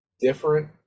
different